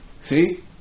See